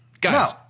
Guys